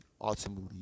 ultimately